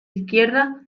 izquierda